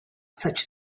such